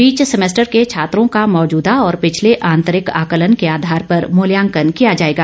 बीच semester के छात्रों का मौजूदा और पिछले आंतरिक आंकलन के आधार पर मूल्यांकन किया जाएगा